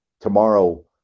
tomorrow